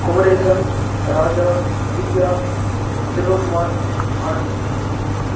Kumaresan Raja Priya Selvakumar Anandhi